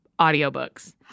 audiobooks